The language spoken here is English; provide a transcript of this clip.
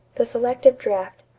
the selective draft.